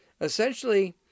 essentially